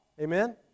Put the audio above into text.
Amen